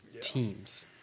teams